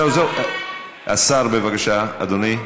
השר, בבקשה, אדוני.